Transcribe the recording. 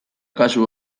kasu